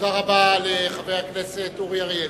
תודה רבה לחבר הכנסת אורי אריאל.